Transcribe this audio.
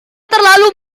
terlalu